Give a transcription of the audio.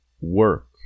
work